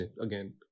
again